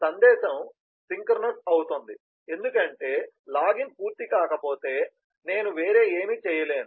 సందేశం సింక్రోనస్ అవుతుంది ఎందుకంటే లాగిన్ పూర్తి కాకపోతే నేను వేరే ఏమీ చేయలేను